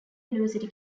university